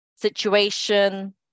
situation